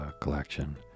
collection